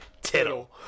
Tittle